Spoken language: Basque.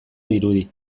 dirudi